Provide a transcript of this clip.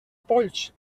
polls